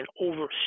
over